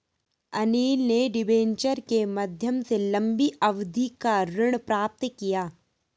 अनिल ने डिबेंचर के माध्यम से लंबी अवधि का ऋण प्राप्त किया